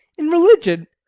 in religion,